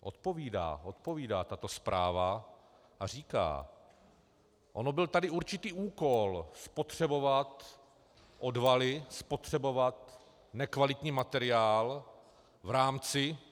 Odpovídá, odpovídá tato zpráva a říká: on byl tady určitý úkol spotřebovat odvaly, spotřebovat nekvalitní materiál v rámci...